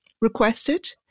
requested